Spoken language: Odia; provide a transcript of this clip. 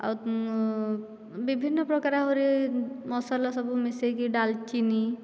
ଆଉ ବିଭିନ୍ନ ପ୍ରକାର ଆହୁରି ମସଲା ସବୁ ମିଶାଇକି ଡାଲଚିନି